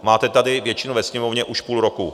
Máte tady většinu ve Sněmovně už půl roku.